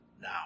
now